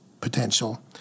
potential